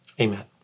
Amen